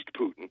Putin